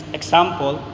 example